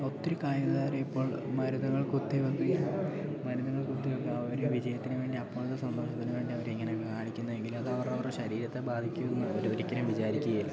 ഒത്തിരി കായിക താരം ഇപ്പോൾ മരുന്നുകൾ കുത്തി വയ്ക്കുകയും മരുന്നുങ്ങൾ കുത്തി അവർ വിജയത്തിന് വേണ്ടി അപ്പോഴത്തെ സന്തോഷത്തിന് വേണ്ടി അവർ ഇങ്ങനെ കാണിക്കുന്നെങ്കിൽ അത് അവരവരുടെ ശരീരത്തെ ബാധിക്കും എന്ന് അവർ ഒരിക്കലും വിചാരിക്കുകയില്ല